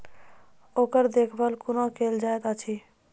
ओकर देखभाल कुना केल जायत अछि?